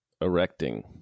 erecting